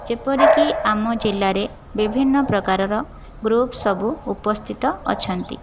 ଯେପରିକି ଆମ ଜିଲ୍ଲାରେ ବିଭିନ୍ନ ପ୍ରକାରର ଗ୍ରୁପ୍ ସବୁ ଉପସ୍ଥିତ ଅଛନ୍ତି